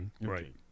Right